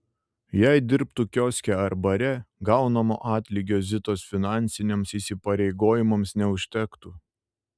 jei dirbtų kioske ar bare gaunamo atlygio zitos finansiniams įsipareigojimams neužtektų